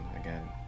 again